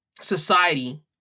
society